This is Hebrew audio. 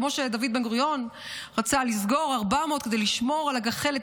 כמו שדוד בן-גוריון רצה לסגור 400 כדי לשמור על הגחלת,